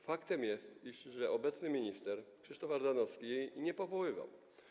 Faktem jest, że obecny minister Krzysztof Ardanowski jej nie powoływał.